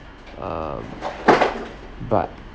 um but